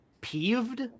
peeved